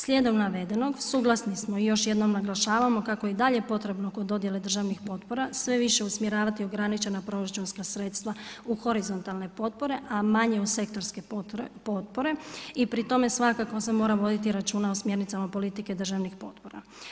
Slijedom navedenog, suglasni smo i još jednom naglašavamo kako je i dalje potrebno kod dodjele državnih potpora sve više usmjeravati ograničena proračunska sredstva u horizontalne potpore a manje u sektorske potpore i pri tome svakako se mora voditi računa o smjernicama politike državnih potpora.